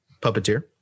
Puppeteer